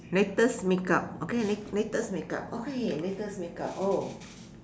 latest makeup okay la~ latest makeup okay latest makeup oh